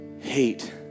hate